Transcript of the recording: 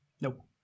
Nope